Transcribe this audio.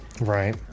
Right